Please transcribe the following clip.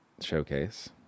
Showcase